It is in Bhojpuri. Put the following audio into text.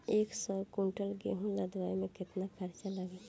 एक सौ कुंटल गेहूं लदवाई में केतना खर्चा लागी?